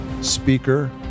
speaker